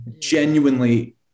genuinely